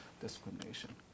discrimination